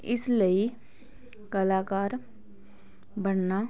ਇਸ ਲਈ ਕਲਾਕਾਰ ਬਣਨਾ